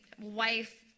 wife